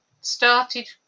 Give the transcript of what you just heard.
started